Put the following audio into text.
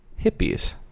hippies